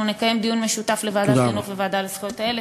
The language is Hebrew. אנחנו נקיים דיון משותף לוועדת החינוך ולוועדה לזכויות הילד.